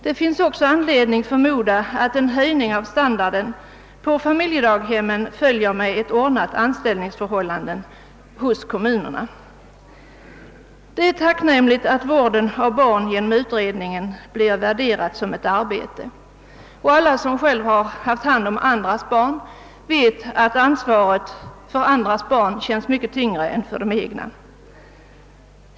Det finns också anledning att förmoda att en höjning av standarden på familjedaghemmen följer med ett ordnat anställningsförhållande hos kommunerna. Det är tacknämligt att vården av barn genom utredningen blir värderad som ett arbete. Alla som själva har haft hand om andras barn vet att ansvaret för andras barn känns mycket tyngre än ansvaret för de egna barnen.